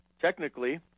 technically